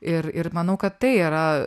ir ir manau kad tai yra